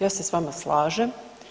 Ja se s vama slažem.